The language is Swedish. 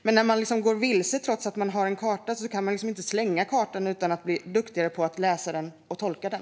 Men när man går vilse trots att man har en karta kan man liksom inte slänga kartan, utan då måste man bli duktigare på att läsa och tolka den.